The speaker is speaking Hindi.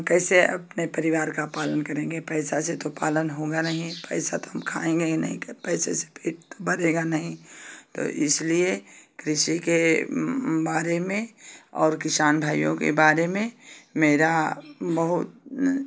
और कैसे अपने परिवार का पालन करेंगे पैसा से तो पालन होगा नहीं पैसा तो हम खाएँगे ही नहीं पैसे से पेट तो भरेगा नहीं तो इसलिए कृषि के बारे में और किसान भाइयों के बारे में मेरा बहुत